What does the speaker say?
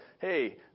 hey